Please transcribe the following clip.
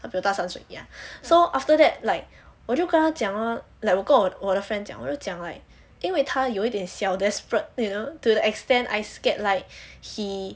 他比我大三岁 ya so after that like 我就跟他讲 lor like 我跟我的 friend 讲我就讲 like 因为他有点小 desperate you know to the extent I scared like he